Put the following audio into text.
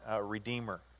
redeemer